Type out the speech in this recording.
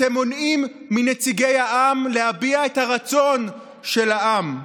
אתם מונעים מנציגי העם להביע את הרצון של העם.